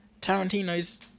Tarantino's